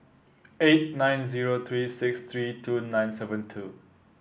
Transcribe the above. eight nine zero three six three two nine seven two